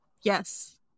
Yes